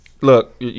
look